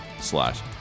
slash